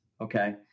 okay